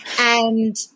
And-